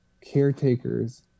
caretakers